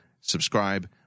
Subscribe